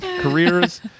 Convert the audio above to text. careers-